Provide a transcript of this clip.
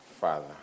father